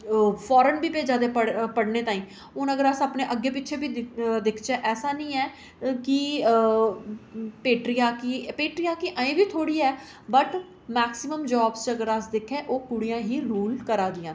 ओह् फारेन बी भेजा दे पढ़ने ताईं हून अगर अस अपने अग्गें पिच्छें बी दिक्खचै ऐसा नीं ऐ कि पेट्रियाक कि पेट्रियाक अजें बी थोह्ड़ी ऐ बट मेक्सीमम जाब्स च अगर अस दिक्खै ओह् ओह् कुड़ियां ही रूल करै दियां